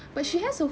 oh